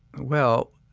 well,